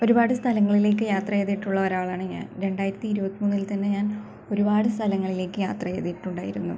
ഒരുപാട് സ്ഥലങ്ങളിലേക്ക് യാത്ര ചെയ്തിട്ടുള്ള ഒരാളാണ് ഞാൻ രണ്ടായിരത്തി ഇരുപത്തി മൂന്നില് തന്നെ ഞാൻ ഒരുപാട് സ്ഥലങ്ങളിലേക്ക് യാത്ര ചെയ്തിട്ടുണ്ടായിരുന്നു